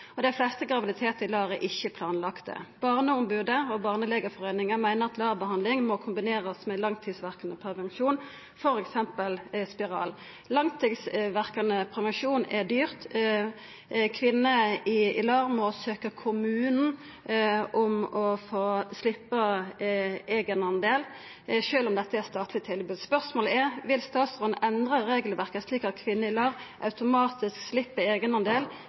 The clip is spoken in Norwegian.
Dei fleste graviditetane i LAR er ikkje planlagde. Barneombodet og barnelegeforeininga meiner at LAR-behandling må kombinerast med langtidsverkande prevensjon, f.eks. spiral. Langtidsverkande prevensjon er dyrt. Kvinner i LAR må søkja kommunen om å få sleppa eigendel, sjølv om dette er eit statleg tilbod. Spørsmålet er: Vil statsråden endra regelverket slik at kvinnene i LAR automatisk